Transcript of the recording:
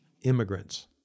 immigrants